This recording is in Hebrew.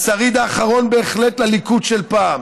השריד האחרון בהחלט לליכוד של פעם,